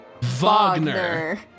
Wagner